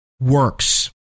works